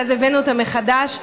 ואז הבאנו אותה מחדש.